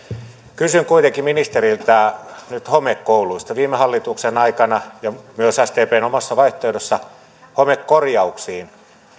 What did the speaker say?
kysyn kuitenkin ministeriltä nyt homekouluista viime hallituksen aikana ja myös sdpn omassa vaihtoehdossa homekorjauksiin